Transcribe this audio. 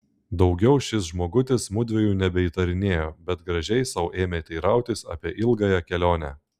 daugiau šis žmogutis mudviejų nebeįtarinėjo bet gražiai sau ėmė teirautis apie ilgąją kelionę